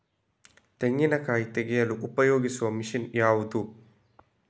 ತೆಂಗಿನಕಾಯಿ ತೆಗೆಯಲು ಉಪಯೋಗಿಸುವ ಮಷೀನ್ ಯಾವುದು?